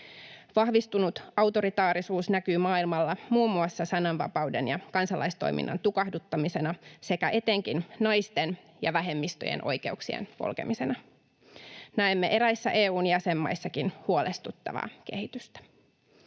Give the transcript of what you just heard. Vahvistunut autoritaarisuus näkyy maailmalla muun muassa sananvapauden ja kansalaistoiminnan tukahduttamisena sekä etenkin naisten ja vähemmistöjen oikeuksien polkemisena. Näemme eräissä EU:n jäsenmaissakin huolestuttavaa kehitystä.